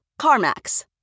CarMax